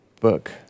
Book